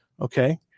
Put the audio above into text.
okay